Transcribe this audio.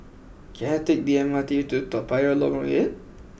can I take the M R T to Toa Payoh Lorong eight